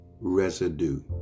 residue